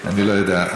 אני לא יודע.